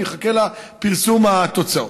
נחכה לפרסום התוצאות.